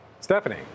Stephanie